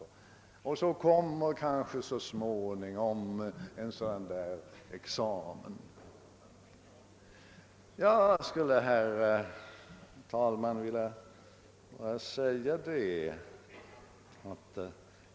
Nog kommer så småningom en sådan examen, menade han. Herr talman!